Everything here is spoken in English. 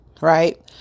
Right